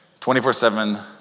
24-7